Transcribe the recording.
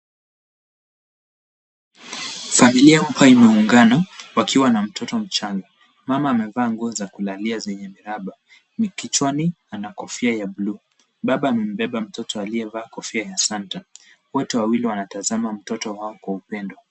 Familia hapa imeungana wakiwa na mtoto mchanga. Mama amevaa nguo za kulalia zenye miraba na kichwani ana kofia ya bluu. Baba amembeba mtoto aliyevaa kofia ya Santa . Wote wawili wanatazama mtoto wao kwa upendo.